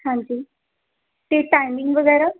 ਹਾਂਜੀ ਅਤੇ ਟਾਈਮਿੰਗ ਵਗੈਰਾ